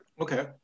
Okay